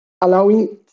allowing